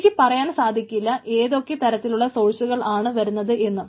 എനിക്ക് പറയാൻ സാധിക്കില്ല ഏതൊക്കെ തരത്തിലുള്ള സോഴ്സുകൾ ആണ് വരുന്നത് എന്ന്